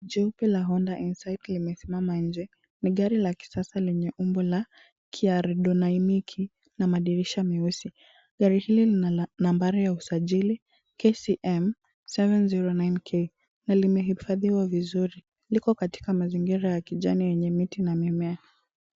Jeupe la Honda Onsight limesimama nje. Ni gari la kisasa lenye umbo la kiardominiki na madirisha meusi. Gari hili lina nambari ya usajili KCM 709K na limehifadhiwa vizuri. Liko katia mazingira ya kijani yenye miti na mimea.